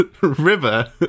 River